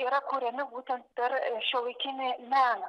yra kuriami būtent per šiuolaikinį meną